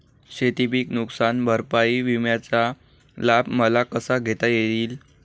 शेतीपीक नुकसान भरपाई विम्याचा लाभ मला कसा घेता येईल?